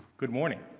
good morning.